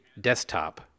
desktop